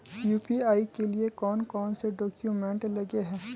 UPI के लिए कौन कौन से डॉक्यूमेंट लगे है?